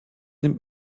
nimmt